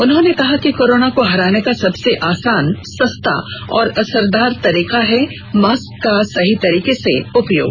उन्होंने कहा है कि कोरोना को हराने का सबसे आसान सस्ता और हसरदार तरीका है मास्क का सही तरीके से उपयोग